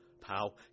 Pal